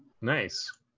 Nice